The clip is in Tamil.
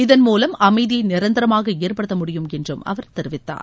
இதன் மூலம் அமைதியை நிரந்தரமாக ஏற்படுத்த மூடியும் என்று அவர் தெரிவித்தார்